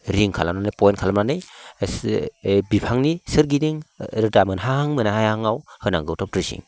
ring खालामनानै paint खालामनानै बिफांनि सोरगिदिं रोदा मोनहां मोनहाङाव होनांगौ टप ड्रेसिं